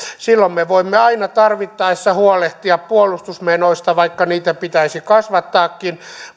silloin me voimme aina tarvittaessa huolehtia puolustusmenoista vaikka niitä pitäisi kasvattaakin